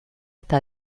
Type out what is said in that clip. eta